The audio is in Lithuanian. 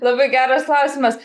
labai geras klausimas